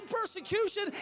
persecution